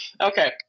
Okay